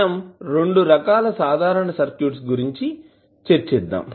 మనం రెండు రకాల సాధారణ సర్క్యూట్స్ గురించి చర్చిద్దాం